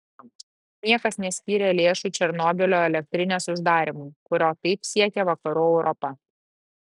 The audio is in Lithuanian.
niekas neskyrė lėšų černobylio elektrinės uždarymui kurio taip siekia vakarų europa